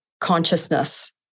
consciousness